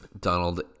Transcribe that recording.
Donald